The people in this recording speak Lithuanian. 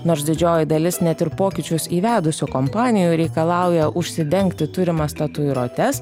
nors didžioji dalis net ir pokyčius įvedusių kompanijų reikalauja užsidengti turimas tatuiruotes